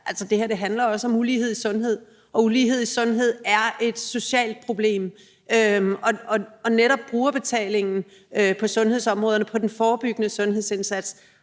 at det her også handler om ulighed i sundhed, og ulighed i sundhed er et socialt problem. Netop brugerbetalingen på sundhedsområdet og i forhold til den forebyggende sundhedsindsats